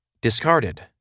discarded